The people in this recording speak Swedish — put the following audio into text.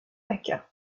vecka